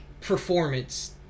performance